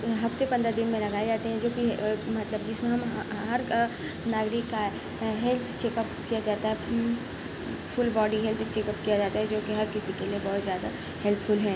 ہفتے پندرہ دن میں لگائے جاتے ہیں جو کہ مطلب جس میں ہم ہر ناگرک کا ہیلتھ چیک اپ کیا جاتا ہے full body health check up کیا جاتا ہے جو کہ ہر کسی کے لیے بہت زیادہ ہیلپ فل ہیں